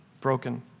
broken